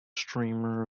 streamer